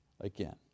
again